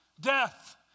Death